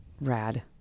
rad